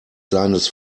seines